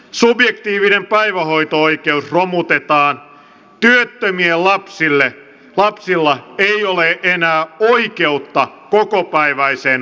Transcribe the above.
subjektiivinen päivähoito oikeus romutetaan työttömien lapsilla ei ole enää oikeutta kokopäiväiseen varhaiskasvatukseen